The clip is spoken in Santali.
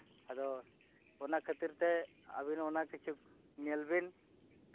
ᱟᱫᱚ ᱚᱱᱟ ᱠᱷᱟᱹᱛᱤᱨ ᱛᱮ ᱟᱹᱵᱤᱱ ᱚᱱᱟ ᱠᱤᱪᱷᱩ ᱧᱮᱞ ᱵᱤᱱ